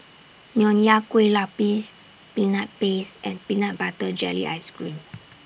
Nonya Kueh Lapis Peanut Paste and Peanut Butter Jelly Ice Cream